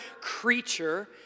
creature